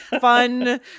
fun